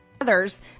Others